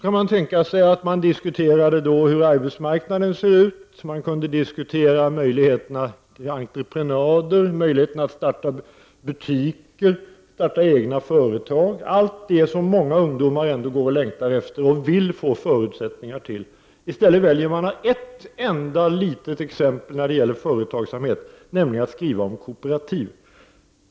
Kan man tänka sig att diskutera hur arbetsmarknaden ser ut? Man skulle kunna diskutera möjligheterna till entreprenad, till att starta butiker, starta egna företag — allt som många ungdomar går och längtar efter och vill få förutsättningar för. I stället väljer man ett enda litet exempel när det gäller företagsamhet, nämligen att skriva om kooperativ.